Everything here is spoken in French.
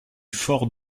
fort